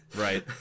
Right